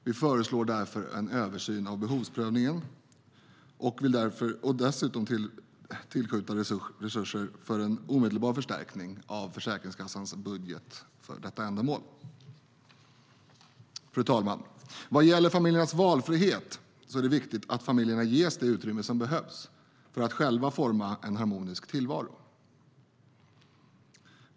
Vi föreslår därför en översyn av behovsprövningen, och vi vill dessutom tillskjuta resurser för en omedelbar förstärkning av Försäkringskassans budget för detta ändamål. Fru talman! Vad gäller familjernas valfrihet är det viktigt att familjerna ges det utrymme som behövs för att själva forma en harmonisk tillvaro.